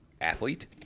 athlete